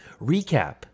recap